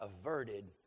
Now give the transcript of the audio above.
averted